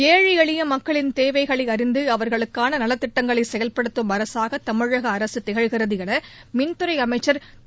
ஏழை எளிய மக்களின் தேவைகளை அறிந்து அவர்களுக்கான நலத்திட்டங்களை செயல்படுத்தும் அரசாக தமிழக அரசு திகழ்கிறது என மின்துறை அமைச்சர் திரு